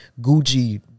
Gucci